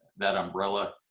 that umbrella.